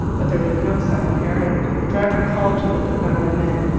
but there was no sign of harriet. the driver called to the dogana men.